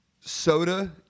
Soda